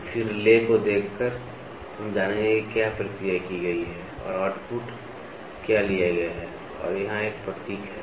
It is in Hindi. तो फिर ले को देखकर हम जानेंगे कि क्या प्रक्रिया की गई है और आउटपुट क्या लिया गया है और यहाँ एक प्रतीक है